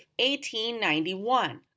1891